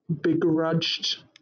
begrudged